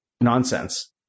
nonsense